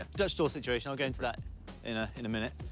ah dutch door situation. i'll get into that in ah in a minute.